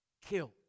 killed